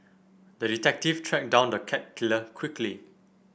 the detective tracked down the cat killer quickly